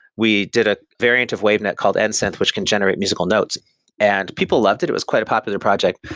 we did a variant of wave net called and nsynth, which can generate musical notes and people loved it. it was quite a popular project.